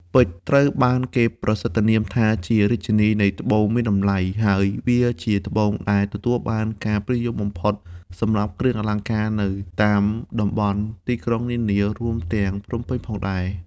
ពេជ្រ ត្រូវបានគេប្រសិទ្ធនាមថាជារាជិនីនៃត្បូងមានតម្លៃ ហើយវាជាត្បូងដែលទទួលបានការពេញនិយមបំផុតសម្រាប់គ្រឿងអលង្ការនៅតាមតំបន់ទីក្រុងនានា រួមទាំងភ្នំពេញផងដែរ។